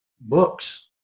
books